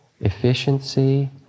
efficiency